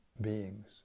beings